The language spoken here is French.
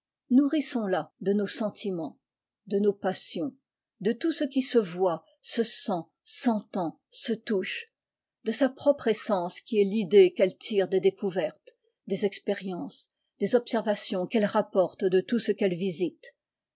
accompli nourrissons la de nos sentiments de nos passions de tout ce qui se voit se sent s'entend se tou'he et de sa propre essence qui est l'idée qu'elle b des découvertes des expériences des observons qu'elle rapporte de tout ce qu'elle visite